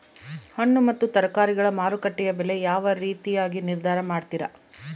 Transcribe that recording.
ಹಣ್ಣು ಮತ್ತು ತರಕಾರಿಗಳ ಮಾರುಕಟ್ಟೆಯ ಬೆಲೆ ಯಾವ ರೇತಿಯಾಗಿ ನಿರ್ಧಾರ ಮಾಡ್ತಿರಾ?